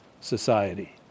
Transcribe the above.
society